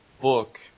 book